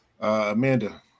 Amanda